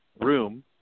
room